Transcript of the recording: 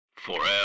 FOREVER